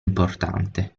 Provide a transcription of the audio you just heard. importante